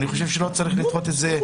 אני חושב שלא צריך לדחות את זה.